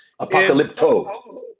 Apocalypto